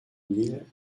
mille